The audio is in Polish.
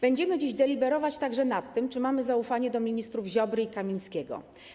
Będziemy dziś deliberować także nad tym, czy mamy zaufanie do ministrów Ziobry i Kamińskiego.